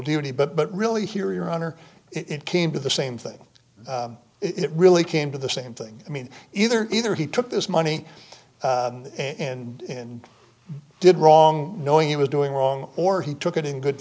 duty but really here your honor it came to the same thing it really came to the same thing i mean either either he took this money and did wrong knowing he was doing wrong or he took it in good